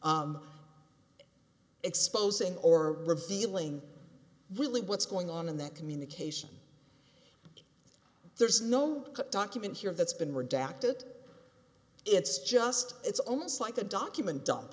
exposing or revealing really what's going on in that communication there's no document here that's been redacted it's just it's almost like a document d